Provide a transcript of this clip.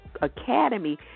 academy